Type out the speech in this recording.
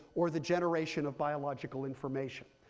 or the generation of biological information.